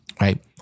Right